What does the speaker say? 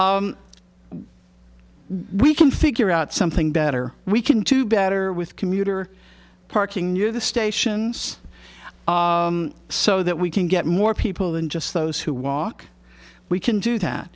we can figure out something better we can to better with commuter parking near the stations so that we can get more people than just those who walk we can do that